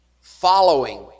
following